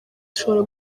ushobora